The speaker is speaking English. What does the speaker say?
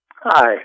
Hi